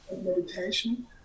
meditation